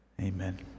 Amen